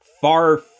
far